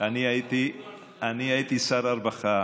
אני הייתי שר הרווחה